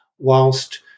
Whilst